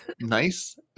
nice